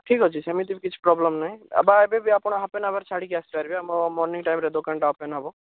ଠିକ୍ଅଛି ସେମିତି ବି କିଛି ପ୍ରୋବ୍ଲେମ୍ ନାହିଁ ବା ଏବେ ବି ଆପଣ ହାଫ୍ ଏନ୍ ଆୱାର୍ ଛାଡ଼ିକି ଆସିପାରିବେ ଆମ ମର୍ନିଙ୍ଗ ଟାଇମ୍ରେ ଦୋକାନଟା ଓପେନ୍ ହେବ